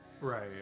Right